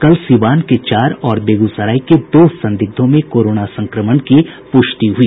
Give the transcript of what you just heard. कल सीवान के चार और बेगूसराय के दो संदिग्धों में कोरोना संक्रमण की पूष्टि हुई